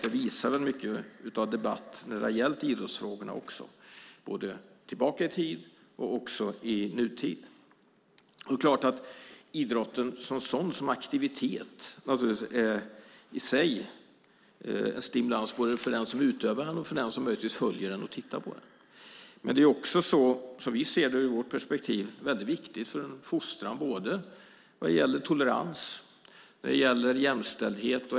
Det visar mycket av debatten i idrottsfrågor både tillbaka i tiden och i nutid. Idrotten som aktivitet är naturligtvis en stimulans i sig både för den som utövar den och för den som tittar på den. Ur vårt perspektiv är den också viktig för en fostran i tolerans och jämställdhet.